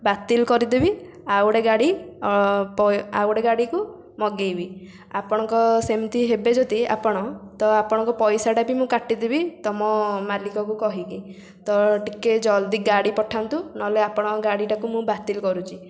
ବାତିଲ୍ କରିଦେବି ଆଉ ଗୋଟେ ଗାଡ଼ି ଆଉ ଗୋଟେ ଗାଡ଼ିକୁ ମଗେଇବି ଆପଣଙ୍କ ସେମିତି ହେବେ ଯଦି ଆପଣ ତ ଆପଣଙ୍କ ପଇସାଟା ବି ମୁଁ କାଟିଦେବି ତୁମ ମାଲିକକୁ କହିକି ତ ଟିକେ ଜଲଦି ଗାଡ଼ି ପଠାନ୍ତୁ ନହେଲେ ଆପଣଙ୍କ ଗାଡ଼ିଟାକୁ ମୁଁ ବାତିଲ୍ କରୁଛି